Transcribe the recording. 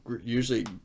Usually